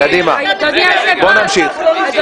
בואו נמשיך.